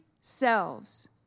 selves